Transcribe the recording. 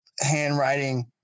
handwriting